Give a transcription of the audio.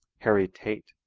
harry tate,